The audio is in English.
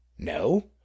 No